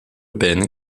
ben